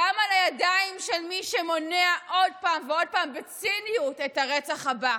דם על הידיים של מי שמונע עוד פעם ועוד פעם בציניות את הרצח הבא.